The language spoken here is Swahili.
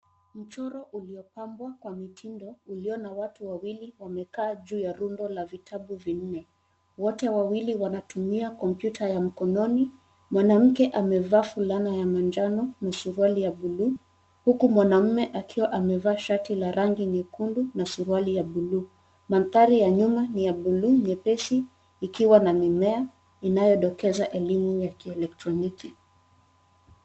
Mchoro uliobambwa kwa mtindo ulio na watu wawili wamekaa juu ya lundo la vitabu vinne. Wote wawili wanatumia kompyuta ya mkononi. Mwanamke amevaa vulana ya manjano na suruali ya bluu huku mwanaume akiwa amevaa shati la rangi nyekundu na suruali ya bluu. Madhari ya nyuma ni ya bluu nyepesi ikiwa na mimea inayodokeza elimu ya kielektroniki.